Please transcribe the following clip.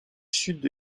sud